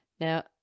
Now